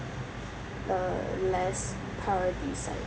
uh less priority side